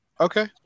okay